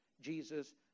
Jesus